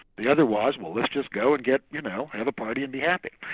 the other was, well let's just go and get you know, have a party and be happy.